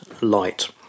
light